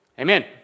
Amen